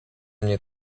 mnie